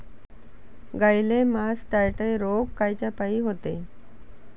गाईले मासटायटय रोग कायच्यापाई होते?